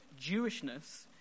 Jewishness